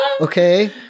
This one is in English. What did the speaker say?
okay